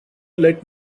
let